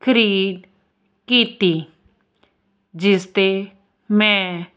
ਖਰੀਦ ਕੀਤੀ ਜਿਸ 'ਤੇ ਮੈਂ